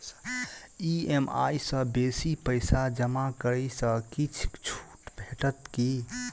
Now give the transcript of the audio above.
EMI सँ बेसी पैसा जमा करै सँ किछ छुट भेटत की?